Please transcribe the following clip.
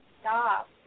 stop